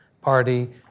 party